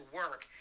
work